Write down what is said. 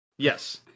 Yes